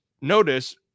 notice